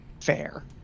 Fair